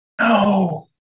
No